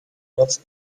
noc